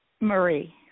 Marie